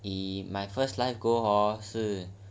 eh my first life goal hor 是